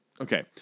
Okay